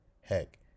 heck